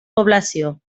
població